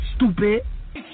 Stupid